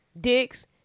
dicks